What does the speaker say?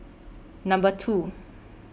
Number two